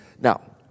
Now